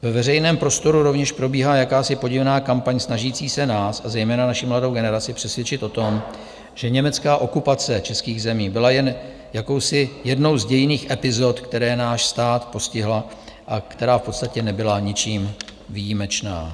Ve veřejném prostoru rovněž probíhá jakási podivná kampaň snažící se nás a zejména naši mladou generaci přesvědčit o tom, že německá okupace českých zemí byla jen jakousi jednou z dějinných epizod, která náš stát postihla a která v podstatě nebyla ničím výjimečná.